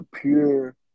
pure